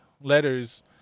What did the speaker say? letters